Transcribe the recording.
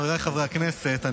חבריי חברי הכנסת,